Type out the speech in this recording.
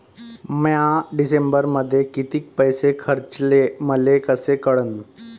म्या डिसेंबरमध्ये कितीक पैसे खर्चले मले कस कळन?